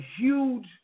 huge